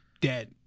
dead